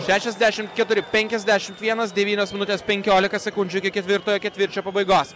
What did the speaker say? šešiasdešimt keturi penkiasdešimt vienas devynios minutės penkiolika sekundžių iki ketvirtojo ketvirčio pabaigos